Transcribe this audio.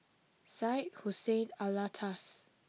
Syed Hussein Alatas